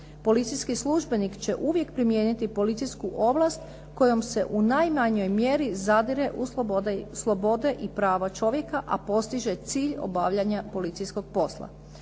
Policijski službenik će uvijek primijeniti policijsku ovlast kojom se u najmanjoj mjeri zadire u slobode i prava čovjeka, a postiže cilj obavljanja policijskog posla.